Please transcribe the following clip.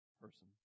person